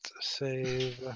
save